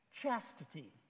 chastity